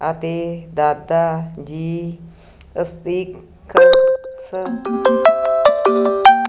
ਅਤੇ ਦਾਦਾ ਜੀ ਅਤੇ